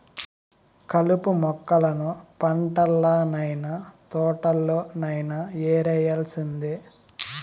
కలుపు మొక్కలను పంటల్లనైన, తోటల్లోనైన యేరేయాల్సిందే